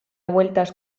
vueltas